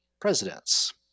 presidents